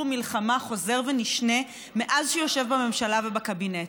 מלחמה חוזר ונשנה מאז הוא יושב בממשלה ובקבינט.